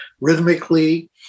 rhythmically